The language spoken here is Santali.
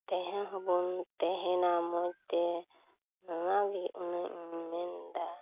ᱛᱮᱦᱮᱸ ᱦᱚᱵᱚᱱ ᱛᱮᱦᱮᱸᱱᱟ ᱢᱚᱡᱽᱛᱮ ᱚᱱᱟ ᱜᱮ ᱩᱱᱟᱹᱜ ᱤᱧ ᱢᱮᱱ ᱮᱫᱟ